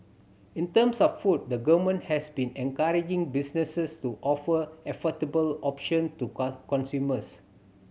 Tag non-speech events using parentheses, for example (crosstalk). in terms of food the Government has been encouraging businesses to offer affordable option to (unintelligible) consumers